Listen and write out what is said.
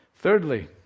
Thirdly